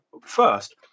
First